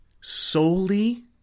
solely